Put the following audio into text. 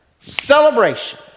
celebration